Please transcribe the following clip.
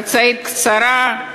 חצאית קצרה,